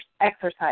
exercise